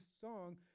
song